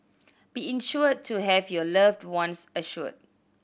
be insured to have your loved ones assured